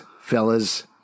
Fellas